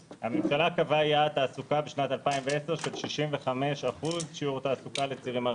קבעה יעד תעסוקה בשנת 2010 של 65% שיעור תעסוקה לצעירים ערבים.